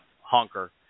honker